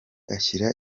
ashyira